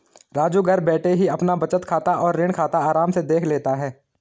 राजू घर बैठे ही अपना बचत खाता और ऋण खाता आराम से देख लेता है